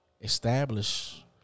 establish